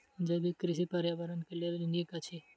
जैविक कृषि पर्यावरण के लेल नीक अछि